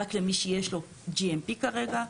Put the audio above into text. רק למי שיש לוGMP כרגע,